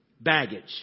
baggage